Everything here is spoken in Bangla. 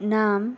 নাম